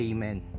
Amen